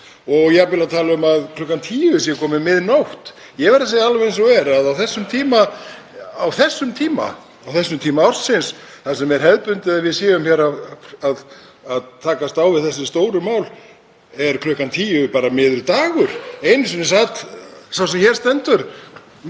og tala jafnvel um að klukkan tíu sé komin mið nótt. Ég verð að segja alveg eins og er að á þessum tíma ársins, þar sem er hefðbundið að við séum hér að takast á við þessi stóru mál, er klukkan tíu bara miður dagur. Einu sinni sat sá sem hér stendur